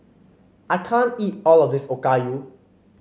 I can't eat all of this Okayu